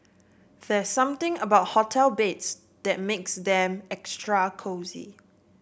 there's something about hotel beds that makes them extra cosy